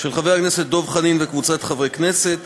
התשע"ה 2015,